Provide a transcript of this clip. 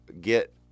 get